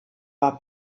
war